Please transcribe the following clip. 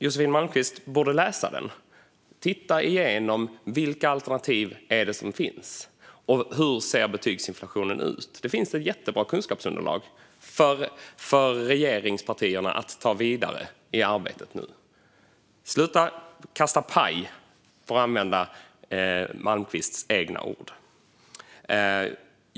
Josefin Malmqvist borde läsa utredningen för att se vilka alternativ som finns och hur betygsinflationen ser ut. Det finns ett jättebra kunskapsunderlag för regeringspartierna att ta vidare i arbetet nu. Sluta att kasta paj, för att använda Josefin Malmqvists egna ord.